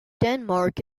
denmark